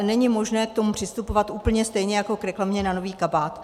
Není ale možné k tomu přistupovat úplně stejně jako k reklamě na nový kabát.